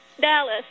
Dallas